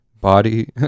body